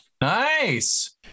Nice